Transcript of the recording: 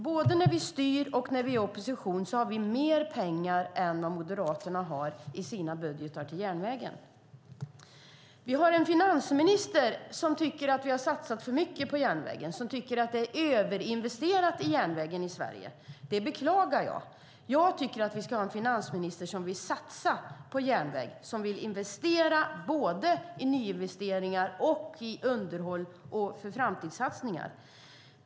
Både när vi styr och när vi är i opposition har vi mer pengar än vad Moderaterna har i sina budgetar till järnvägen. Vi har en finansminister som tycker att vi har satsat för mycket på järnvägen, som tycker att det är överinvesterat i järnvägen i Sverige i dag. Det beklagar jag. Jag tycker att vi ska ha en finansminister som vill satsa på järnvägen, som vill investera och göra nyinvesteringar, underhåll och framtidssatsningar.